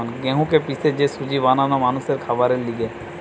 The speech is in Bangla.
গেহুকে পিষে যে সুজি বানানো মানুষের খাবারের লিগে